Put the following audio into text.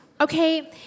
Okay